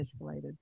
escalated